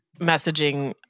messaging